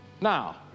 Now